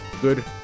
good